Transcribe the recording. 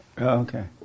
Okay